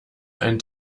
ein